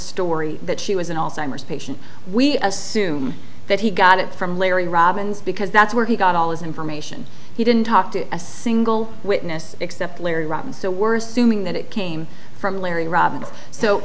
story that she was an alzheimer's patient we assume that he got it from larry robins because that's where he got all his information he didn't talk to a single witness except larry right and so worse assuming that it came from larry robins so